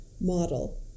model